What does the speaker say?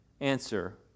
Answer